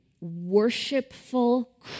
worshipful